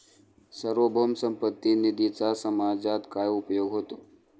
सार्वभौम संपत्ती निधीचा समाजात काय उपयोग होतो?